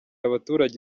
abaturage